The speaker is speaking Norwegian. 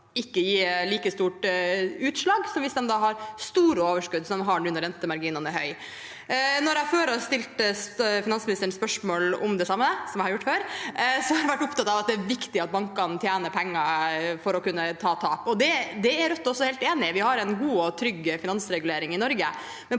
ikke gi like stort utslag som hvis de har store overskudd, som de har nå når rentemarginene er høye. Når jeg har stilt finansministeren spørsmål om det samme, som jeg har gjort før, har han vært opptatt av at det er viktig at bankene tjener penger for å kunne ta tak. Det er Rødt også helt enig i. Vi har en god og trygg finansregulering i Norge,